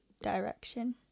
direction